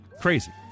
Crazy